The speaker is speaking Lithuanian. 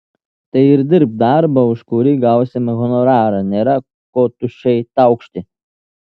tai ir dirbk darbą už kurį gausime honorarą nėra ko tuščiai taukšti